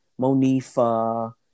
Monifa